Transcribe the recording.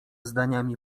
zdaniami